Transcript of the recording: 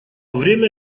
время